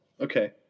okay